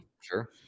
Sure